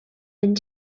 and